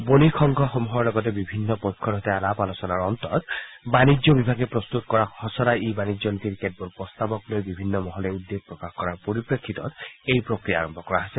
বণিক সংঘসমূহৰ লগতে বিভিন্ন পক্ষৰ সৈতে আলাপ আলোচনাৰ অন্তত বাণিজ্য বিভাগে প্ৰস্তত কৰা খছৰা ই বাণিজ্য নীতিৰ কেতবোৰ প্ৰস্তাৱক লৈ বিভিন্ন মহলে উদ্বেগ প্ৰকাশ কৰাৰ পৰিপ্ৰেক্ষিতত এই প্ৰক্ৰিয়া আৰম্ভ কৰা হৈছে